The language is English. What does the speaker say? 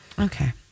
Okay